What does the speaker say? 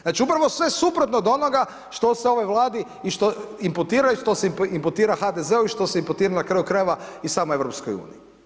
Znači upravo sve suprotno od onoga što se ovoj Vladi imputira i što se imputira HDZ-u i što se imputira na kraju krajeva i samoj EU.